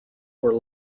were